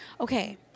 Okay